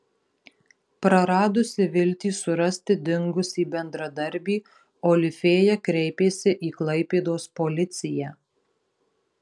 praradusi viltį surasti dingusį bendradarbį olifėja kreipėsi į klaipėdos policiją